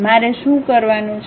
મારે શું કરવાનું છે